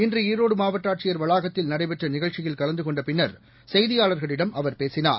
இன்று ஈரோடு மாவட்ட ஆட்சியர் வளாகத்தில் நடைபெற்ற நிகழ்ச்சியில் கலந்து கொண்ட பின்னர் செய்தியள்களிடம் அவர் பேசினார்